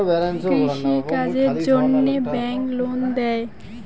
কৃষি কাজের জন্যে ব্যাংক লোন দেয়?